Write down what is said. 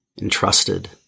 entrusted